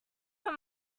her